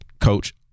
coach